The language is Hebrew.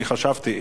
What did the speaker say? אני חשבתי,